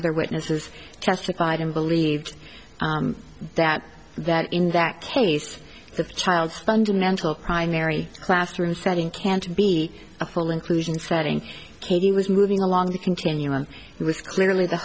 other witnesses testified and believes that that in that case the child's fundamental primary classroom setting can't be a full inclusion setting katie was moving along the continuum and was clearly the